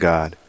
God